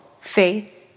faith